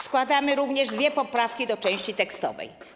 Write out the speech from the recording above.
Składamy również dwie poprawki do części tekstowej.